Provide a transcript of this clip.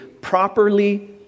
properly